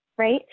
right